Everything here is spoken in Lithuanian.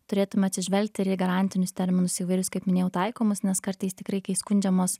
turėtume atsižvelgt ir į garantinius terminus įvairius kaip minėjau taikomus nes kartais tikrai kai skundžiamos